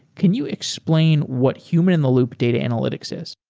can you explain what human in the loop data analytics is?